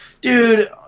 dude